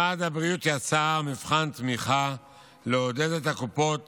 משרד הבריאות יצר מבחן תמיכה לעודד את הקופות